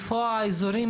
היכן האזורים,